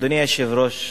אדוני היושב-ראש,